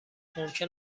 ممکن